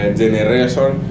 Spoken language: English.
generation